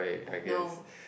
no